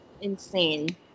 Insane